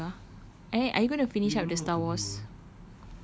ya that's true ah and then are you gonna finish up the star wars